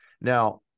Now